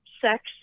sex